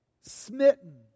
smitten